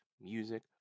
music